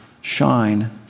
shine